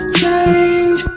change